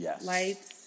lights